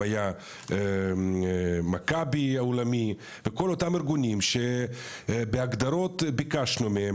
היה מכבי עולמי וכל אותם ארגונים שבהגדרות ביקשנו מהם